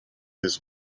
his